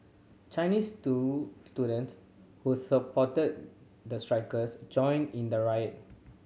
Chinese students who supported the strikers joined in the riot